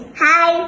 hi